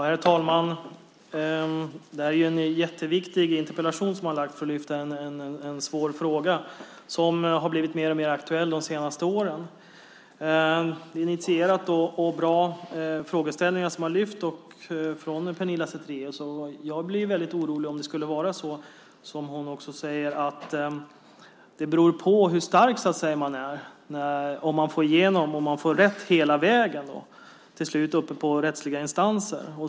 Herr talman! Det är en viktig interpellation som har lagts fram som lyfter fram en svår fråga. Den har blivit mer och mer aktuell de senaste åren. Det är initierade och bra frågeställningar som har lyfts fram av Pernilla Zethraeus. Jag blir orolig om det är som Pernilla Zethraeus säger, nämligen att det beror på hur stark man är om man får rätt hela vägen i olika rättsliga instanser.